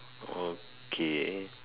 okay